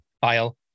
file